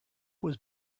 was